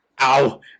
ow